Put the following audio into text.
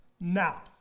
Now